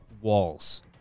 walls